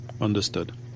Understood